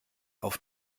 auf